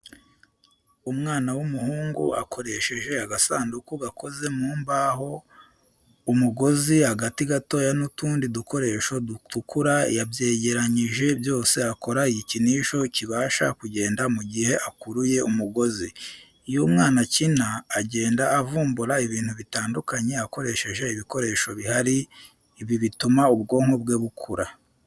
Umwana w'umuhungu akoresheje agasanduku gakoze mu mbaho, umugozi, agati gatoya n'utundi dukoresho dutukura yabyegeranyije byose akora igikinisho kibasha kugenda mu gihe akuruye umugozi, iyo umwana akina agenda avumbura ibintu bitandukanye akoresheje ibikoresho bihari, ibi bituma ubwonko bwe bukura.